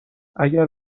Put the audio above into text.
اگر